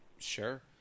Sure